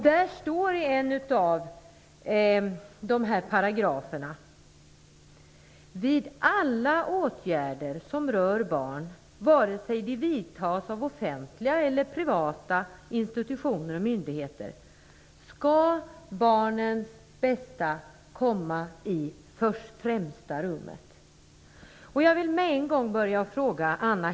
I en av paragraferna står att vid alla åtgärder som rör barn vare sig de vidtas av offentliga eller privata institutioner och myndigheter skall barnens bästa komma i främsta rummet.